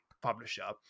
publisher